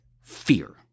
fear